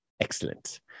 Excellent